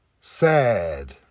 Sad